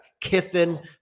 Kiffin